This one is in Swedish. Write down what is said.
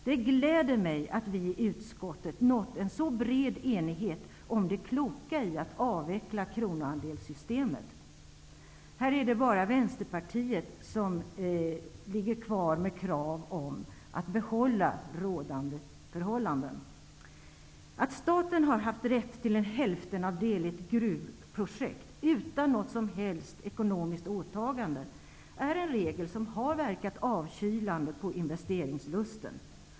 Det gläder mig att vi i utskottet har nått en så bred enighet om det kloka i att avveckla kronoandelssystemet. Här är det bara Vänsterpartiet som har kvar kravet på att rådande förhållanden skall bibehållas. Att staten har haft rätt till hälftenandel i ett gruvprojekt, utan något som helst ekonomiskt åtagande, är en regel som har verkat avkylande på investeringslusten.